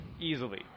easily